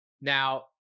now